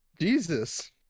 Jesus